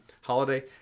holiday